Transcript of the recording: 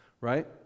Right